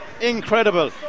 Incredible